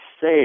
say